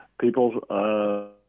people